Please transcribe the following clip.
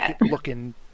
looking